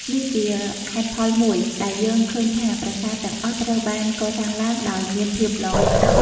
នេះជាហេតុផលមួយដែលយើងឃើញថាប្រាសាទទាំងអស់ត្រូវបានកសាងឡើងដោយមានភាពល្អឥតខ្ចោះ។